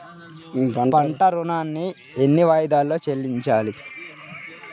పంట ఋణాన్ని ఎన్ని వాయిదాలలో చెల్లించాలి?